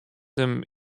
him